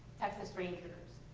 texas rangers,